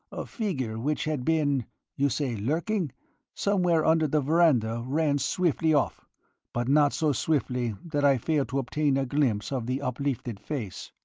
a figure which had been you say lurking somewhere under the veranda ran swiftly off but not so swiftly that i failed to obtain a glimpse of the uplifted face.